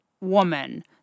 woman